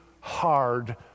hard